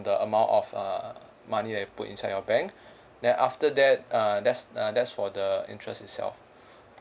the amount of err money that you put inside your bank then after that err that's err that's for the interest itself